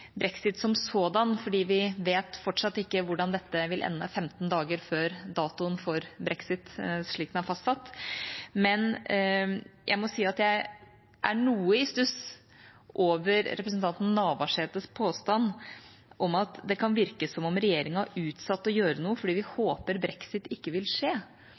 brexit, men ikke brexit som sådan, for vi vet fortsatt ikke hvordan dette vil ende 15 dager før den fastsatte datoen for brexit. Jeg er noe i stuss over representanten Navarsetes påstand om at det kan virke som om regjeringa har utsatt å gjøre noe fordi vi håper brexit ikke vil skje.